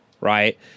right